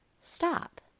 stop